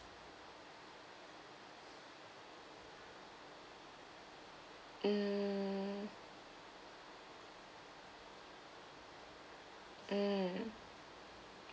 mm mm